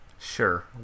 sure